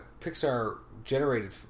Pixar-generated